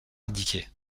indiquées